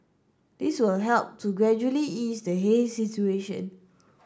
this will help to gradually ease the haze situation